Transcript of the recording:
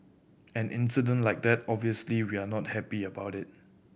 an incident like that obviously we are not happy about it